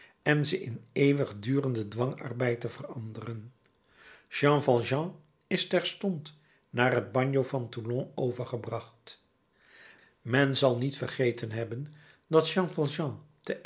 en ze in eeuwigdurenden dwangarbeid te veranderen jean valjean is terstond naar het bagno van toulon overgebracht men zal niet vergeten hebben dat jean